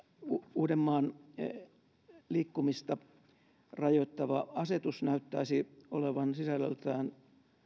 uudenmaan liikkumista rajoittava asetus näyttäisi olevan sisällöltään